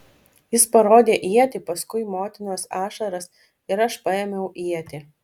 jis parodė ietį paskui motinos ašaras ir aš paėmiau ietį